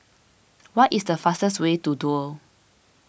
what is the fastest way to Duo